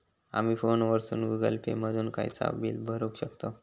आमी फोनवरसून Google Pay मधून खयचाव बिल भरुक शकतव